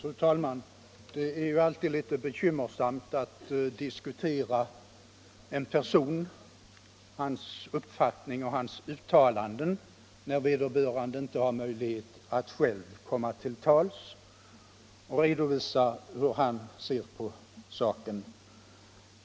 Fru talman! Det är alltid litet bekymmersamt att diskutera en person, hans uppfattning och hans uttalanden, när vederbörande inte har möjlighet att själv komma till tals och redovisa hur han ser på saken.